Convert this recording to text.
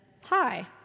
Hi